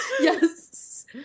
Yes